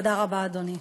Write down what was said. תודה רבה, אדוני.